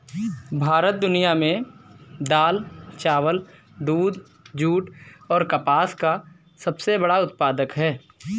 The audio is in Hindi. भारत दुनिया में दाल, चावल, दूध, जूट और कपास का सबसे बड़ा उत्पादक है